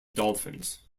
dolphins